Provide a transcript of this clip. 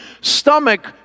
stomach